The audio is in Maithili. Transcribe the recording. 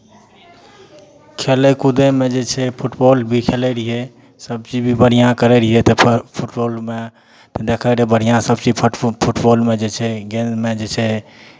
खेलय कूदयमे जे छै फुटबॉल भी खेलैत रहियै सभचीज भी बढ़िआँ करैत रहियै ताहिपर फुटबॉलमे देखैत रहियै बढ़िआँ सभचीज फट फुटबॉलमे जे छै गेन्दमे जे छै